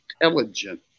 intelligent